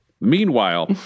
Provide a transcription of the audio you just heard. Meanwhile